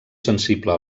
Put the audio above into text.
sensible